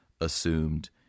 assumed